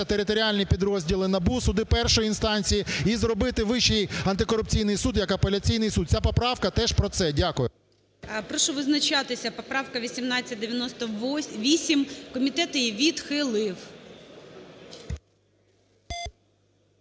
територіальні підрозділи НАБУ, суди першої інстанції і зробити Вищий антикорупційний суд як апеляційний суд. Ця поправка теж про це. Дякую. ГОЛОВУЮЧИЙ. Прошу визначатися. Поправка 1898. Комітет її відхилив.